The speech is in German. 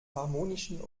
harmonischen